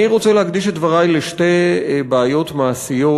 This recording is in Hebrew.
אני רוצה להקדיש את דברי לשתי בעיות מעשיות,